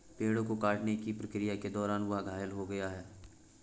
पेड़ों को काटने की प्रक्रिया के दौरान वह घायल हो गया